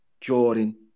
Jordan